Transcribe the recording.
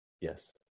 Yes